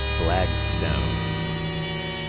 flagstones